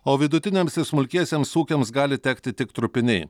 o vidutiniams ir smulkiesiems ūkiams gali tekti tik trupiniai